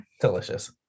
Delicious